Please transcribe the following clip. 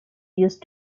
used